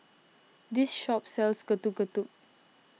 this shop sells Getuk Getuk